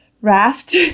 raft